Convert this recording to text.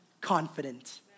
confident